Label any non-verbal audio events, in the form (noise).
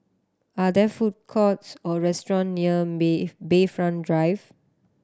are there food courts or restaurant near (unintelligible) Bayfront Drive